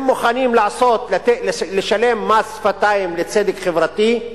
הם מוכנים לשלם מס שפתיים לצדק חברתי,